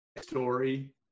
story